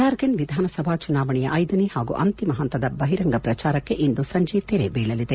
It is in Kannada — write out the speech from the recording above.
ಜಾರ್ಖಂಡ್ ವಿಧಾನಸಭಾ ಚುನಾವಣೆಯ ಐದನೇ ಹಾಗೂ ಅಂತಿಮ ಹಂತದ ಬಹಿರಂಗ ಪ್ರಚಾರಕ್ಕೆ ಇಂದು ಸಂಜೆ ತೆರೆ ಬೀಳಲಿದೆ